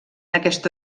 aquesta